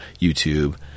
YouTube